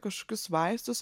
kažkokius vaistus